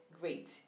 Great